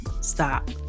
stop